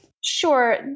Sure